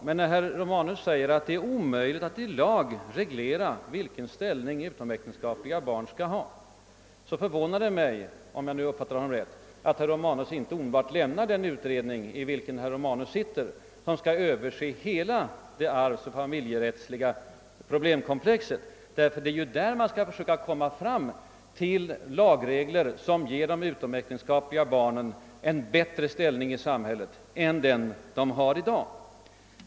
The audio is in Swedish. Men när herr Romanus säger att det är omöjligt att i lag reglera de utomäktenskapliga barnens sociala och ekonomiska ställning, så förvånar det mig -— om jag nu uppfattade honom rätt — att herr Romanus inte omedelbart lämnar den utredning i vilken han sitter och som skall överse hela det arvsoch familjerättsliga problemkomplexet. Det är ju den utredningen som skall försöka komma fram till lagregler som ger utomäktenskapliga barn en bättre ställning i samhället än den de i dag har.